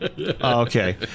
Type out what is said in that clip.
Okay